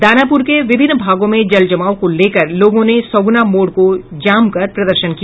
दानापुर के विभिन्न भागों में जलजमाव को लेकर लोगों ने सगुना मोड़ को जामकर प्रदर्शन किया